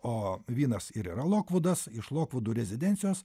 o vienas ir yra lokvodas iš lokvudų rezidencijos